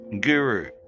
guru